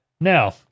Now